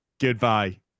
goodbye